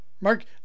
Mark